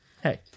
hey